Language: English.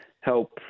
help